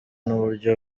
n’uburyo